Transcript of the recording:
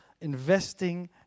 investing